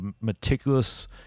meticulous